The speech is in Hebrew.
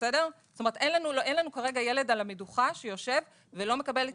זאת אומרת אין לנו כרגע ילד על המדוכה שלא מקבל את